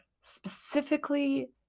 specifically